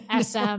SM